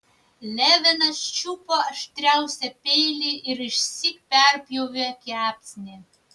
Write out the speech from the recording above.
levinas čiupo aštriausią peilį ir išsyk perpjovė kepsnį